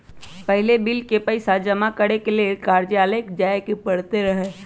पहिले बिल के पइसा जमा करेके लेल कर्जालय जाय के परैत रहए